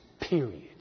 period